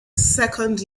second